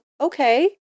okay